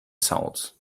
souls